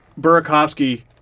Burakovsky